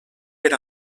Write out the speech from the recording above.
per